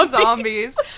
Zombies